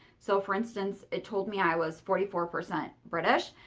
so for instance, it told me i was forty four percent british.